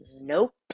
Nope